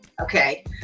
okay